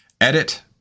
Edit